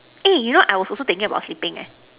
eh you know I was also thinking about sleeping eh